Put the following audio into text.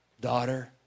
Daughter